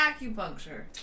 Acupuncture